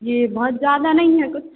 जी बहुत ज़्यादा नहीं है कुछ